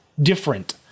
different